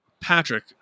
Patrick